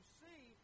see